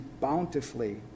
bountifully